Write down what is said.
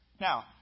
Now